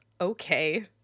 okay